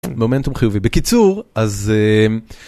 מומנטום חיובי. בקיצור, אז...